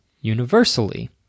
universally